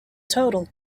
total